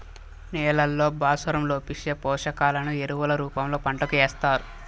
నేలల్లో భాస్వరం లోపిస్తే, పోషకాలను ఎరువుల రూపంలో పంటకు ఏస్తారు